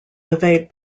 evade